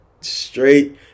straight